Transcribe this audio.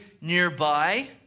nearby